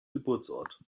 geburtsort